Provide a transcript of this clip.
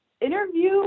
interview